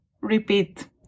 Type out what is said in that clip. repeat